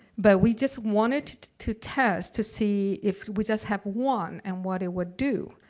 but, we just wanted to test to see if we just had one and what it would do.